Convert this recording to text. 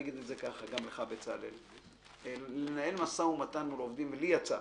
יצא לי לנהל משא ומתן מול עובדים.